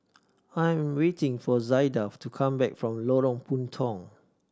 I am waiting for Zaida to come back from Lorong Puntong